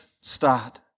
start